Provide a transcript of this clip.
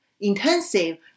intensive